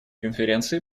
конференции